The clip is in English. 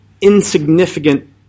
insignificant